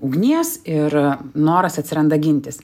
ugnies ir noras atsiranda gintis